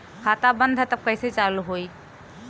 खाता बंद ह तब कईसे चालू होई?